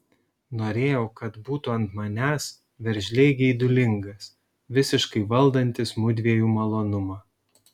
norėjau kad būtų ant manęs veržliai geidulingas visiškai valdantis mudviejų malonumą